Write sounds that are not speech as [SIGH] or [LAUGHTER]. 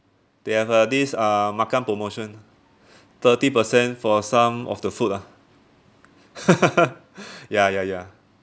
they have uh this uh makan promotion thirty percent for some of the food lah [LAUGHS] ya ya ya